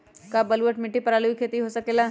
का बलूअट मिट्टी पर आलू के खेती हो सकेला?